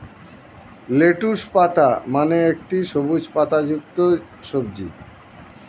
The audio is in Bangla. লেটুস পাতা মানে একটি সবুজ পাতাযুক্ত সবজি